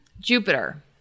Jupiter